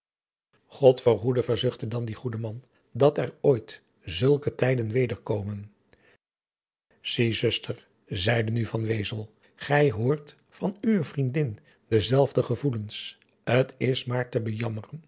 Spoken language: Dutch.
god verhoede verzuchtte dan die goede man dat er ooit zulke tijden weder komen zie zuster zeide nu van wezel gij hoort van uwe vriendin dezelfde gevoelens t is maar te